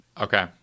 Okay